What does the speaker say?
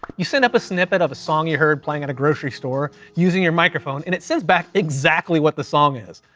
you send up a snippet of a song you heard playing at a grocery store using your microphone, and it sends back exactly what the song is.